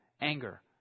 anger